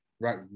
right